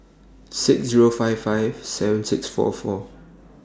six Zero five five seven six four four